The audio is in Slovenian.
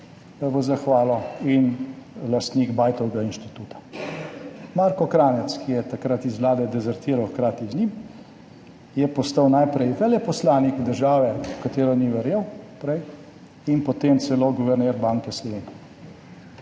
univerze in lastnik Bajtovega inštituta. Marko Kranjec, ki je takrat iz vlade dezertiral hkrati z njim, je postal najprej veleposlanik države, v katero prej ni verjel, in potem celo guverner Banke Slovenije.